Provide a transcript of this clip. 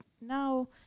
now